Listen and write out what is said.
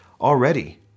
already